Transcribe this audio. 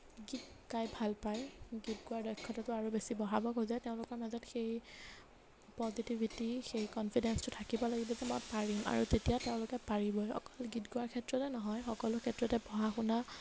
গীত গাই ভাল পায় গীত গোৱাৰ দক্ষতাটো আৰু বেছি বঢ়াব খোজে তেওঁলোকৰ মাজত সেই পজিটিভিটি সেই কনফিডেঞ্চটো থাকিব লাগিব যে মই পাৰিম আৰু তেতিয়া তেওঁলোকে পাৰিবই অকল গীত গোৱাৰ ক্ষেত্ৰতে নহয় সকলো ক্ষেত্ৰতে পঢ়া শুনা